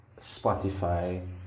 Spotify